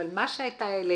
אבל מה שאתה העלית,